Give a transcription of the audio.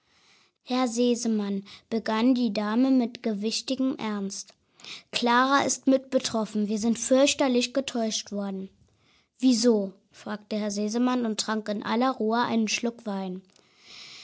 herr sesemann begann die dame mit gewichtigem ernst klara ist mit betroffen wir sind fürchterlich getäuscht worden wieso fragte herr sesemann und trank in aller ruhe einen schluck wein